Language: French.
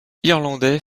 irlandais